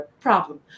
problem